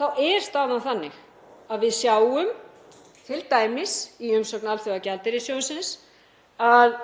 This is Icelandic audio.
þá er staðan þannig að við sjáum, t.d. í umsögn Alþjóðagjaldeyrissjóðsins, að